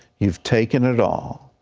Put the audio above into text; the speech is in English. you've taken it all,